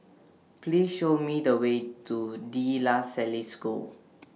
Please Show Me The Way to De La Salle School